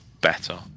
better